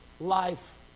life